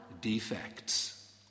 defects